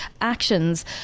actions